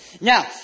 Now